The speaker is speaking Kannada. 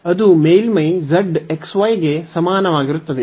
ಅದು ಮೇಲ್ಮೈ z xy ಗೆ ಸಮಾನವಾಗಿರುತ್ತದೆ